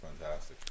Fantastic